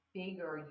bigger